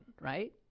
right